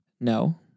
No